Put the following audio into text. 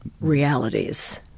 realities